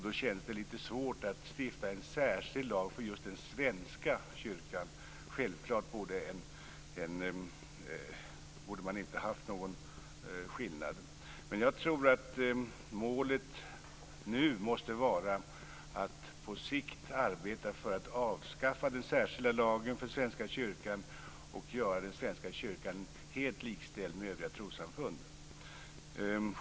Då känns det litet svårt att stifta en särskild lag för just Svenska kyrkan. Det borde självklart inte vara någon skillnad. Målet måste nu vara att på sikt arbeta för att avskaffa den särskilda lagen för Svenska kyrkan och göra Svenska kyrkan helt likställd med övriga trossamfund.